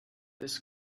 this